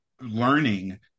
learning